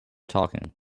talking